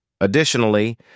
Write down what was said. Additionally